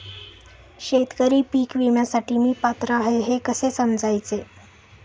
शेतकरी पीक विम्यासाठी मी पात्र आहे हे कसे समजायचे?